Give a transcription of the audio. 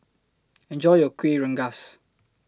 Enjoy your Kuih Rengas